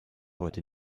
heute